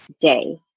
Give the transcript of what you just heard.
day